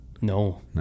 No